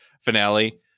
finale